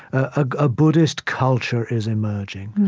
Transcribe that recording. a buddhist culture is emerging.